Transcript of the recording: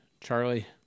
Charlie